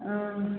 ओ